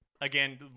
again